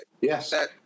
Yes